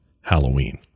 Halloween